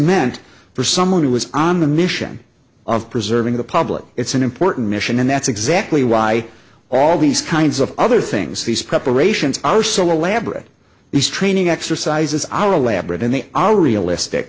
meant for someone who is on a mission of preserving the public it's an important mission and that's exactly why all these kinds of other things these preparations are so elaborate these training exercises are elaborate and they are realistic